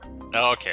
Okay